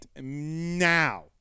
now